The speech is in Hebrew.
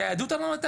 תיידעו את האנשים.